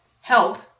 help